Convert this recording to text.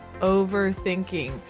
overthinking